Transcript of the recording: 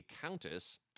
countess